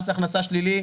מס הכנסה שלילי,